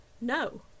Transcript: No